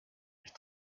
ich